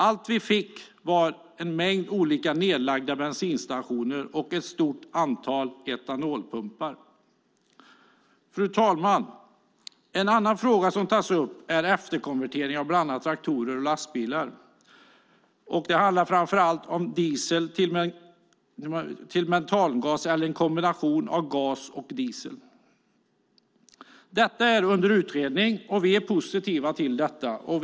Allt vi fick var en mängd olika nedlagda bensinstationer och ett stort antal etanolpumpar. Fru talman! En annan fråga som tas upp i betänkandet är efterkonvertering av bland annat traktorer och lastbilar. Det handlar framför allt om konvertering från diesel till metangas eller en kombination av gas och diesel. Frågan är under utredning, och vi är positiva till utredningen.